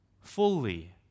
fully